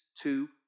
two